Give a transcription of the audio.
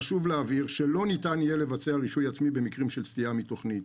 חשוב להבהיר שלא ניתן יהיה לבצע רישוי עצמי במקרים של סטייה מתכנית.